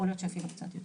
ואולי אפילו קצת יותר.